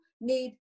need